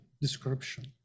description